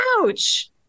ouch